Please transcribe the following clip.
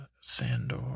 Sandor